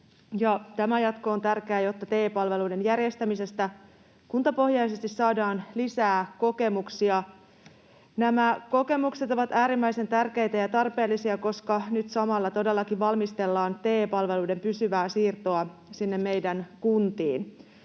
tämä jatko on tärkeä, jotta TE-palveluiden järjestämisestä kuntapohjaisesti saadaan lisää kokemuksia. Nämä kokemukset ovat äärimmäisen tärkeitä ja tarpeellisia, koska nyt samalla todellakin valmistellaan TE-palveluiden pysyvää siirtoa meillä sinne kuntiin.